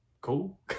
cool